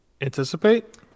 anticipate